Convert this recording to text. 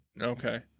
okay